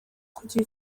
kugira